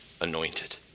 anointed